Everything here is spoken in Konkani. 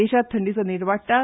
देशांत थंडीचो नेट वाडटा